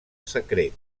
secret